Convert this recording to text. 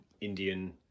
Indian